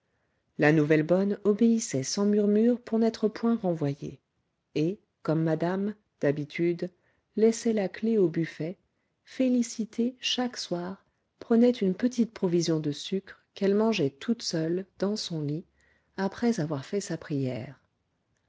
la nouvelle bonne obéissait sans murmure pour n'être point renvoyée et comme madame d'habitude laissait la clef au buffet félicité chaque soir prenait une petite provision de sucre qu'elle mangeait toute seule dans son lit après avoir fait sa prière